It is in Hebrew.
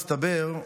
מסתבר,